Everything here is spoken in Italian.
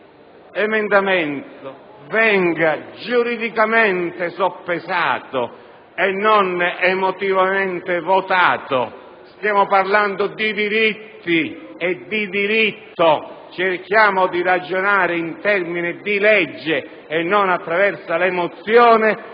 emendamento venga giuridicamente soppesato e non emotivamente votato. Stiamo parlando di diritti e di diritto: cerchiamo di ragionare in termini di legge e non attraverso l'emozione